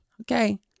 Okay